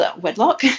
wedlock